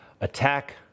attack